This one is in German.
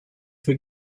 für